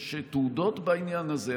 יש תעודות בעניין הזה.